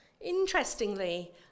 Interestingly